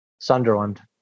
Sunderland